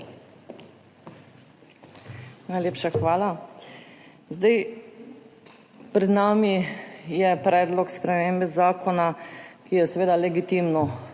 Najlepša hvala. Pred nami je predlog spremembe zakona, kar je seveda legitimno,